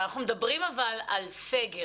אנחנו מדברים על סגר.